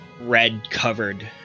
red-covered